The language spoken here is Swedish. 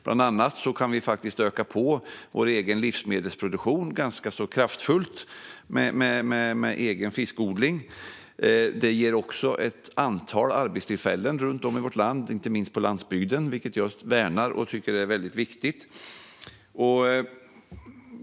Bland annat kan vi öka vår egen livsmedelsproduktion ganska kraftfullt med egen fiskodling. Det ger också ett antal arbetstillfällen runt om i vårt land, inte minst på landsbygden, vilket jag värnar och tycker är väldigt viktigt.